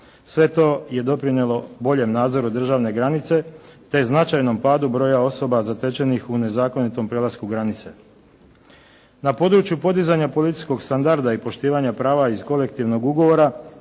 Sve to je doprinijelo boljem nadzoru državne granice te značajnom padu broja osoba zatečenih u nezakonitom prelasku granice. Na području podizanja policijskog standarda i poštivanja prava iz kolektivnog ugovora